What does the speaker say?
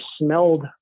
smelled